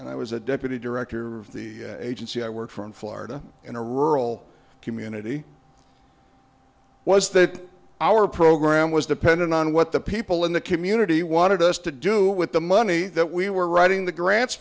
and i was a deputy director of the agency i work for in florida in a rural community was that our program was dependent on what the people in the community wanted us to do with the money that we were writing the gra